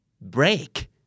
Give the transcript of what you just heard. break